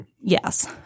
Yes